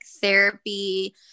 therapy